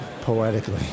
poetically